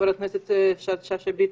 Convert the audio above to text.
חברת הכנסת שאשא ביטון,